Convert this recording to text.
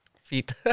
Feet